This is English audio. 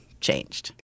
changed